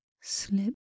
slip